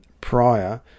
prior